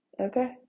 okay